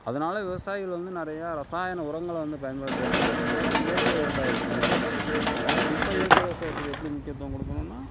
அதனால் விவசாயிகள் வந்து நிறையா ரசாயன உரங்களை வந்து பயன்படுத்துறத வந்து கொறைச்சிகிட்டு இயற்கை விவசாயத்துக்கு வந்து முக்கியத்துவம் கொடுக்கணும் அதுவும் குறிப்பாக இயற்கை விவசாயத்துக்கு எப்படி முக்கியத்துவம் கொடுக்கணுனா